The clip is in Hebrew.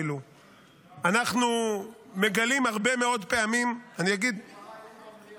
אנחנו מגלים הרבה מאוד פעמים --- מה ראינו במליאה?